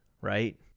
right